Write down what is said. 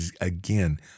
again